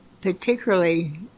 particularly